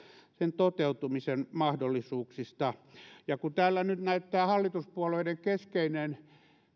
sen toteutumisen mahdollisuuksista kun täällä nyt näyttää hallituspuolueiden keskeisenä